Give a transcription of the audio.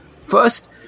first